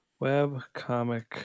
Webcomic